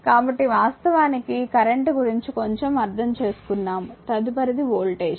కాబట్టి వాస్తవానికి కరెంట్ గురించి కొంచెం అర్థం చేసుకున్నాము తదుపరిది వోల్టేజ్